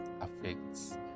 affects